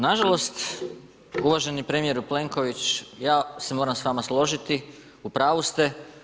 Nažalost, uvaženi premijeru Plenković ja se moram s vama složiti, u pravu ste.